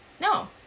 no